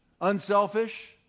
Unselfish